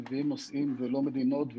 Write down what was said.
שמביאים נוסעים ולא מדינות,